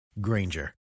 Granger